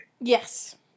Yes